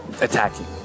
attacking